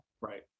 Right